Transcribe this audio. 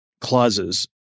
clauses